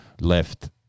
left